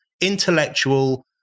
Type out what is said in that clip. intellectual